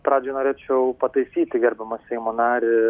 pradžiai norėčiau pataisyti gerbiamą seimo narį